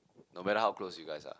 no matter how close you guys are